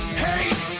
hate